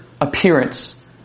appearance